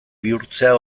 bihurtzea